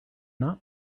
not